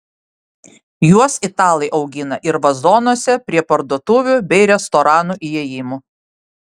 juos italai augina ir vazonuose prie parduotuvių bei restoranų įėjimų